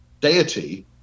deity